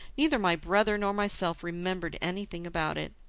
neither my brother nor myself remembered anything about it.